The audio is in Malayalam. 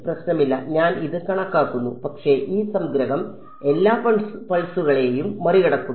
പ്രശ്നമില്ല ഞാൻ ഇത് കണക്കാക്കുന്നു പക്ഷേ ഈ സംഗ്രഹം എല്ലാ പൾസുകളെയും മറികടക്കുന്നു